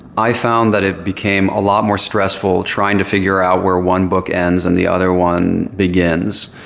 i found that it became a lot more stressful trying to figure out where one book ends and the other one begins.